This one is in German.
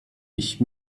ich